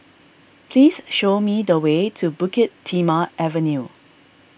please show me the way to Bukit Timah Avenue